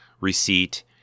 receipt